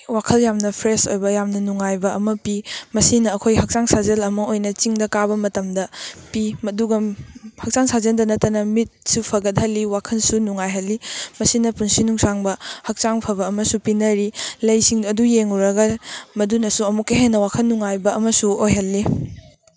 ꯋꯥꯈꯜ ꯌꯥꯝꯅ ꯐ꯭ꯔꯦꯁ ꯑꯣꯏꯕ ꯌꯥꯝꯅ ꯅꯨꯡꯉꯥꯏꯕ ꯑꯃ ꯄꯤ ꯃꯁꯤꯅ ꯑꯩꯈꯣꯏ ꯍꯛꯆꯥꯡ ꯁꯥꯖꯦꯜ ꯑꯃ ꯑꯣꯏꯅ ꯆꯤꯡꯗ ꯀꯥꯕ ꯃꯇꯝꯗ ꯄꯤ ꯃꯗꯨꯒ ꯍꯛꯆꯥꯡ ꯁꯥꯖꯦꯜꯗ ꯅꯠꯇꯅ ꯃꯤꯠꯁꯨ ꯐꯒꯠꯍꯜꯂꯤ ꯋꯥꯈꯜꯁꯨ ꯅꯨꯡꯉꯥꯏꯍꯜꯂꯤ ꯃꯁꯤꯅ ꯄꯨꯟꯁꯤ ꯅꯨꯡꯁꯥꯡꯕ ꯍꯛꯆꯥꯡ ꯐꯕ ꯑꯃꯁꯨ ꯄꯤꯅꯔꯤ ꯂꯩꯁꯤꯡ ꯑꯗꯨ ꯌꯦꯡꯉꯨꯔꯒ ꯃꯗꯨꯅꯁꯨ ꯑꯃꯨꯛꯀ ꯍꯦꯟꯅ ꯋꯥꯈꯜ ꯅꯨꯡꯉꯥꯏꯕ ꯑꯃꯁꯨ ꯑꯣꯏꯍꯜꯂꯤ